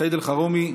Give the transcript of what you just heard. סעיד אלחרומי,